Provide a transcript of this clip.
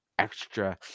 extra